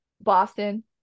Boston